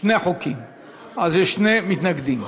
יש שני מתנגדים.